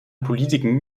politiken